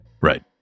Right